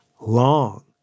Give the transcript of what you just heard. long